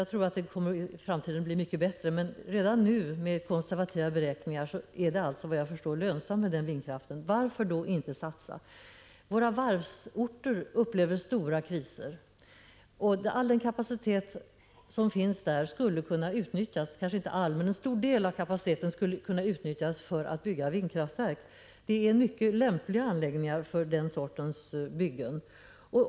Jag tror att det i framtiden kommer att bli mycket bättre, men redan nu är såvitt jag förstår vindkraften med konservativa beräkningar lönsam. Varför då inte satsa? Våra varvsorter upplever stora kriser. En stor del av den kapacitet som där finns skulle kunna utnyttjas för att bygga vindkraftverk — det är mycket lämpliga anläggningar för den typen av byggen.